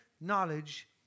knowledge